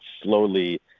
slowly